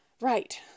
Right